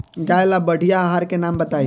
गाय ला बढ़िया आहार के नाम बताई?